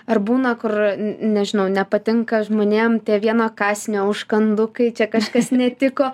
ar būna kur nežinau nepatinka žmonėm tie vieno kąsnio užkandukai čia kažkas netiko